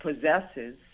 possesses